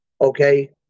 okay